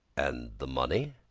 and the money?